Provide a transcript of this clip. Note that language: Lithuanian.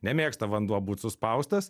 nemėgsta vanduo būt suspaustas